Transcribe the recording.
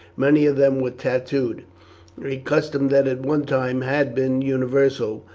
many of them were tattooed a custom that at one time had been universal,